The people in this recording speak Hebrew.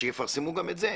שיפרסמו גם את זה,